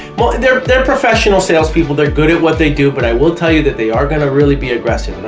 well they're they're professional salespeople they're good at what they do but i will tell you that they are gonna really be aggressive,